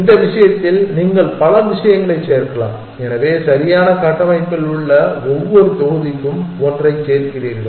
இந்த விஷயத்தில் நீங்கள் பல விஷயங்களைச் சேர்க்கலாம் எனவே சரியான கட்டமைப்பில் உள்ள ஒவ்வொரு தொகுதிக்கும் ஒன்றைச் சேர்க்கிறீர்கள்